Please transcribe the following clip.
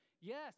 Yes